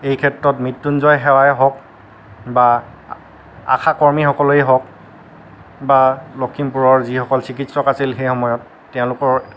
এই ক্ষেত্ৰত মৃত্যুঞ্জয় সেৱাই হওক বা আ আশা কৰ্মীসকলেই হওক বা লখিমপুৰৰ যিসকল চিকিৎসক আছিল সেইসমূহেও তেওঁলোকৰ